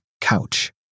Couch